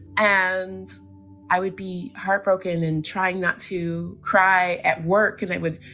and i would be heartbroken and trying not to cry at work. and i would,